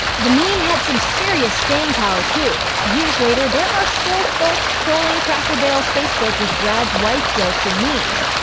the meme had some serious staying power, too. years later, there are still folks trolling cracker barrel's facebook with brad's wife jokes and memes.